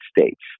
States